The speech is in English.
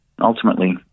ultimately